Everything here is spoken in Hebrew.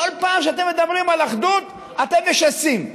כל פעם שאתם מדברים על אחדות אתם משסים.